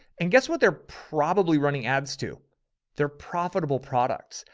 and guess what? they're probably running ads to their profitable products.